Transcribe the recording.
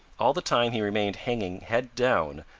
all the time he remained hanging head down,